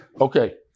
Okay